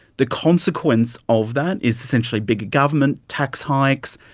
the consequence of that is essentially bigger government, tax hikes,